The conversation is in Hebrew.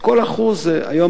היום,